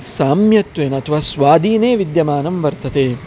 साम्यत्वेन अथवा स्वादीने विद्यमानं वर्तते